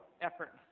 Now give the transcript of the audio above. effort